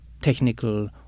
technical